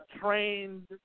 trained